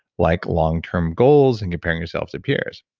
like long term goals and comparing yourself to peers.